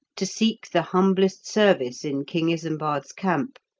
to seek the humblest service in king isembard's camp,